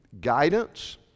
guidance